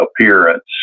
appearance